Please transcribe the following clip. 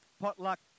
potluck